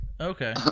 Okay